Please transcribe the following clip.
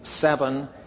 seven